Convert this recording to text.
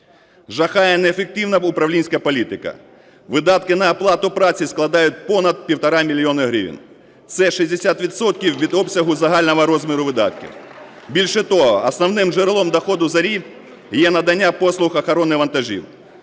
Жахає неефективна управлінська політика. Видатки на оплату праці складають понад 1,5 мільйона гривень - це 60 відсотків від обсягу загального розміру видатків. Більше того, основним джерелом доходу "Зорі" є надання послуг охорони вантажів.